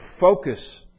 focus